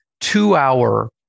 two-hour